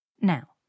Now